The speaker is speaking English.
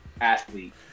athlete